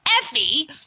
Effie –